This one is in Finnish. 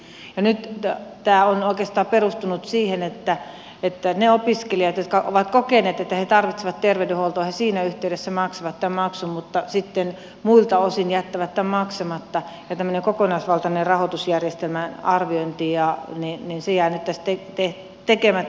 nyt tämä on oikeastaan perustunut siihen että ne opiskelijat jotka ovat kokeneet että he tarvitsevat terveydenhuoltoa siinä yhteydessä maksavat tämän maksun mutta sitten muilta osin jättävät tämän maksamatta ja tämmöinen kokonaisvaltainen rahoitusjärjestelmän arviointi jää nyt tästä tekemättä